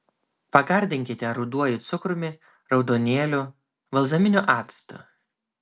pagardinkite ruduoju cukrumi raudonėliu balzaminiu actu